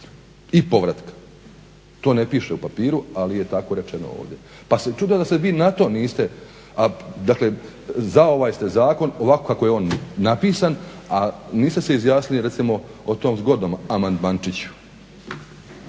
i povratka. To ne piše u papiru ali je tako rečeno ovdje. Pa čudo da se vi na to niste, a dakle za ovaj ste zakon ovako kako je on napisan, a niste se izjasnili recimo o tom zgodnom amandmančiću.